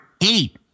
eight